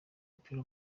w’umupira